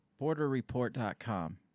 borderreport.com